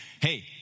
Hey